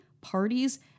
parties